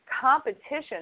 competition